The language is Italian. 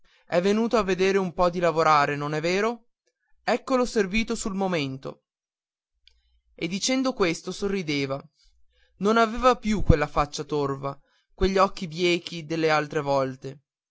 è venuto a vedere un po lavorare non è vero eccolo servito sul momento e dicendo questo sorrideva non aveva più quella faccia torva quegli occhi biechi dell'altre volte